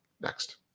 Next